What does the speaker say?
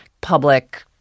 public